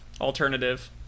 alternative